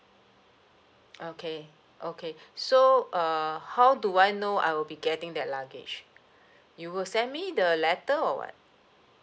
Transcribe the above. okay okay so err how do I know I will be getting that luggage you will send me the letter or what